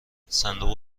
صندوق